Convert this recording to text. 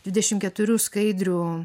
dvidešimt keturių skaidrių